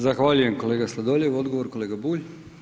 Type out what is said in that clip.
Zahvaljujem kolega Sladoljev, odgovor, kolega Bulj.